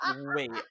Wait